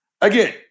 Again